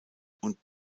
und